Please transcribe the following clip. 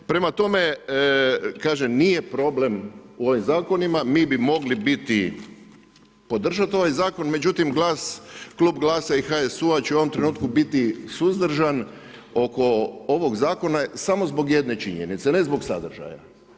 Prema tome, kažem nije problem u ovim zakonima, mi bi mogli podržati ovaj zakon, međutim Klub GLAS-a i HSU-a će ovom trenutku biti suzdržan oko ovog zakona samo zbog jedne činjenice, ne zbog sadržaja.